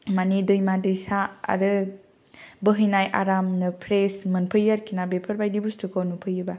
मानि दैमा दैसा आरो बोहैनाय आरामनो फ्रेस मोनफैयो आरोखि ना बेफोरबायदि बुस्तुखौ नुफैयोबा